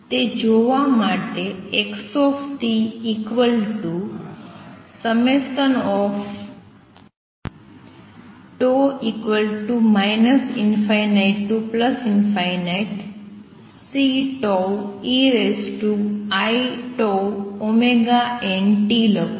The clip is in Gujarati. તે જોવા માટે x τ ∞Ceiτωt લખો